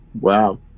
Wow